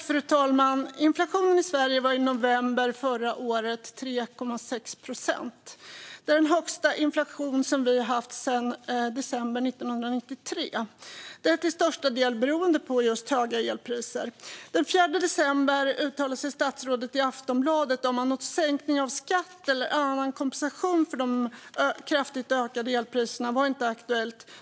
Fru talman! Inflationen i Sverige var i november förra året 3,6 procent. Det är den högsta inflation vi haft sedan december 1993, detta till största delen beroende på just höga elpriser. Den 4 december uttalade sig statsrådet i Aftonbladet om att någon sänkning av skatt eller annan kompensation för de kraftigt ökade elpriserna inte var aktuell.